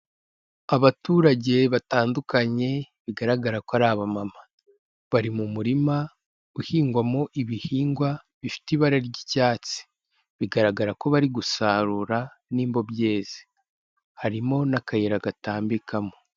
Abaturage batandukanye bigaragara ko ari abamama, bari mu murima uhingwamo ibihingwa bifite ibara ry'icyatsi, bigaragara ko bari gusarura n'imba byeze, harimo n'akayira gatambikamo.